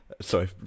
Sorry